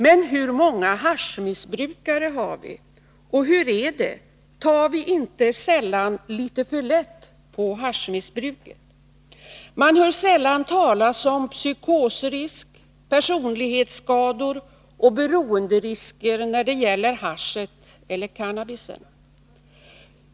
Men hur många haschmissbrukare har vi? Och hur är det — tar vi inte litet för lätt på haschmissbruket? Man hör sällan talas om psykosrisk, personlighetsskador och beroenderisker när det gäller haschet eller cannabisen.